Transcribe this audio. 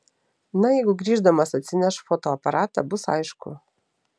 na jeigu grįždamas atsineš fotoaparatą bus aišku